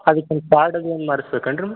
ಅದಕ್ಕೆ ಏನು ಕಾರ್ಡ್ ಅದು ಏನು ಮಾಡಸ್ಬೇಕು ಏನು ರೀ